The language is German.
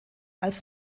als